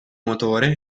motore